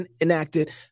enacted